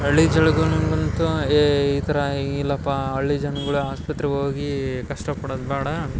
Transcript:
ಹಳ್ಳಿ ಜಳಗಳಿಗಂತು ಏ ಈ ತರ ಇಲ್ಲಪ್ಪಾ ಅಳ್ಳಿ ಜನ್ಗುಳ್ ಆಸ್ಪತ್ರೆಗ್ ಓಗೀ ಕಷ್ಟ ಪಡದ್ ಬ್ಯಾಡಾ